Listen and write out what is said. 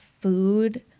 food